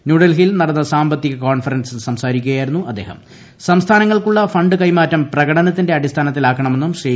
ന്യൂഡൽഹിയിൽ നടന്ന സാമ്പത്തിക്ട് കോൺഫറൻസിൽ സംസാരിക്കുകയായിരുന്നു അദ്ദേഹൃത്യൂട്ട് സംസ്ഥാനങ്ങൾക്കുള്ള ഫണ്ട് കൈമാറ്റം പ്രകടനത്തിന്റെ ആടിസ്ഥാനത്തിലാക്കണമെന്നും ശ്രീ